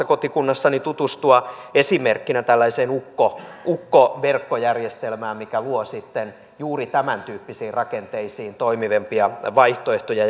kotikunnassani tutustua esimerkkinä tällaiseen ukkoverkot ukkoverkot järjestelmään mikä luo sitten juuri tämäntyyppisiin rakenteisiin toimivampia vaihtoehtoja